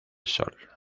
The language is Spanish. sol